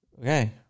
okay